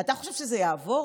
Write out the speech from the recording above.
אתה חושב שזה יעבור?